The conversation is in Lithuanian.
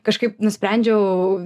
kažkaip nusprendžiau